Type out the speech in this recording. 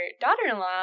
daughter-in-law